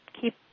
keep